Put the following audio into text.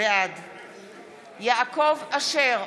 בעד יעקב אשר,